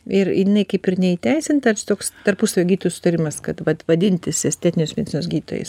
ir jinai kaip ir neįteisinti ar čia i toks tarpusavio gydytojų sutarimas kad vat vadintis estetinės medicinos gydytojais